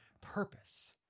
purpose